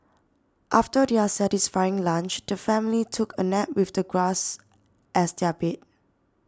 after their satisfying lunch the family took a nap with the grass as their bed